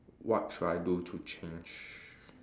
what should I do to change